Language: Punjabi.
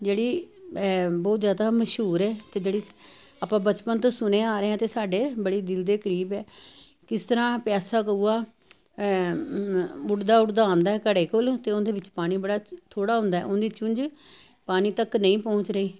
ਜਿਹੜੀ ਐ ਬਹੁਤ ਜ਼ਿਆਦਾ ਮਸ਼ਹੂਰ ਐ ਤੇ ਜਿਹੜੀ ਆਪਾਂ ਬਚਪਨ ਤੋਂ ਸੁਣੇ ਆ ਰਹੇ ਆਂ ਤੇ ਸਾਡੇ ਬੜੀ ਦਿਲ ਦੇ ਬਹੁਤ ਕਰੀਬ ਐ ਕਿਸ ਤਰ੍ਹਾਂ ਪਿਆਸਾ ਕਊਆ ਉੱਡਦਾ ਉੱਡਦਾ ਆਉਂਦਾ ਐ ਘੜੇ ਕੋਲ਼ ਤੇ ਉਨ ਦੇ ਵਿੱਚ ਪਾਣੀ ਬੜਾ ਥੋੜ੍ਹਾ ਹੁੰਦਾ ਐ ਓਨ ਦੀ ਚੁੰਝ ਪਾਣੀ ਤੱਕ ਨਹੀਂ ਪੌਂਚ ਰਹੀ